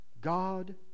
God